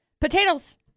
Potatoes